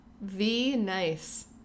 V-nice